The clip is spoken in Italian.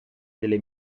delle